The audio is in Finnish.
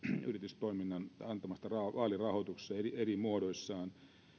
yritystoiminnan antamassa vaalirahoituksessa eri eri muodoissaan